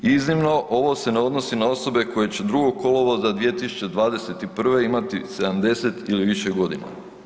Iznimno ovo se ne odnosi na osobe koje će 2. kolovoza 2021. imati 70 ili više godina.